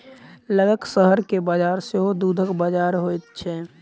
लगक शहर के बजार सेहो दूधक बजार होइत छै